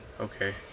Okay